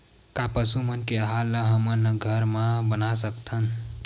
का पशु मन के आहार ला हमन घर मा बना सकथन?